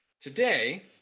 Today